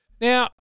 Now